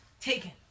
Taken